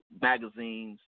magazines